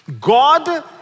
God